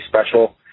special